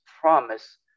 promise